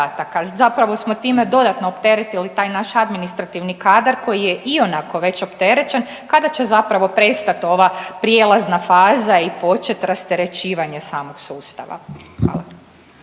Zapravo smo time dodatno opteretili taj naš administrativni kadar koji je ionako već opterećen kada će zapravo prestati ova prijelazna faza i počet rasterećivanje samog sustava. Hvala.